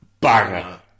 banger